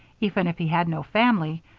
even if he had no family,